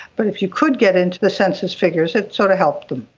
but if you could get into the census figures, it sort of helped them.